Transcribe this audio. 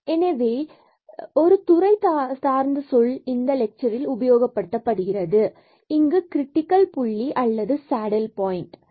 எனவே மற்றும் ஒரு துறை சார்ந்த சொல் இங்கு இந்த லெட்சரில் உபயோகப்படுத்தப்படுகிறது இங்கு கிரிடிக்கல் புள்ளி அல்லது சேடில் பாயின்ட் ஆகும்